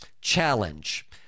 challenge